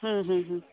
ᱦᱩᱸ ᱦᱩᱸ